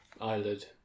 Eyelid